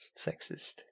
Sexist